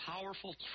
Powerful